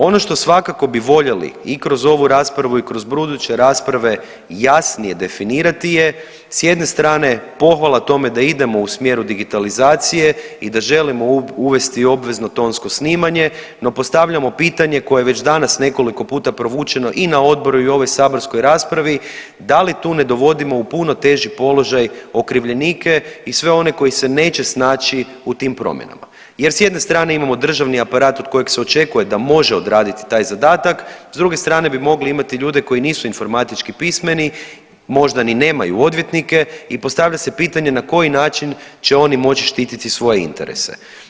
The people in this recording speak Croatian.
Ono što svakako bi voljeli i kroz ovu raspravu i kroz buduće rasprave jasnije definirati je s jedne strane pohvala tome da idemo u smjeru digitalizacije i da želimo uvesti obvezno tonsko snimanje, no postavljamo pitanje koje je već danas nekoliko puta provučeno i na odboru i u ovoj saborskoj raspravi da li tu ne dovodimo u puno teži položaj okrivljenike i sve oni koji se neće snaći u tim promjenama jer s jedne strane imamo državni aparat od kojeg se očekuje da može odraditi taj zadatak, s druge strane bi mogli imati ljude koji nisu informatički pismeni, možda ni nemaju odvjetnike i postavlja se pitanje na koji način će oni moći štititi svoje interese.